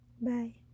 Bye